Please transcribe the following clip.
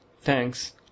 thanks